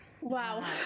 Wow